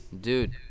Dude